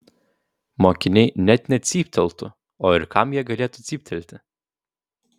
mokiniai net necypteltų o ir kam jie galėtų cyptelti